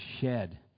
shed